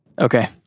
Okay